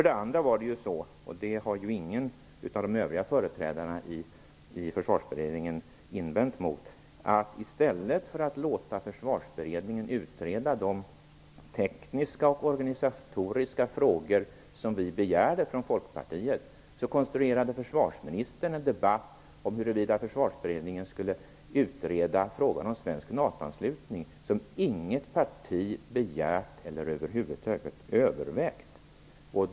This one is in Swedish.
Dessutom var det så, det har ingen av de övriga företrädarna i Försvarsberedningen invänt mot, att i stället för att låta Försvarsberedningen utreda de tekniska och organisatoriska frågor som Folkpartiet begärde, konstruerade försvarsministern en debatt om huruvida Försvarsberedningen skulle utreda frågan om svensk NATO-anslutning, som inget parti begärt eller över huvud taget övervägt.